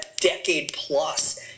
decade-plus